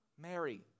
mary